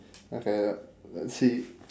okay let let's see